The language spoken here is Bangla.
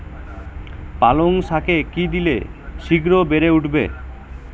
পালং শাকে কি দিলে শিঘ্র বেড়ে উঠবে?